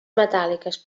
metàl·liques